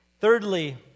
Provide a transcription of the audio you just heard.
thirdly